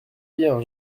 bien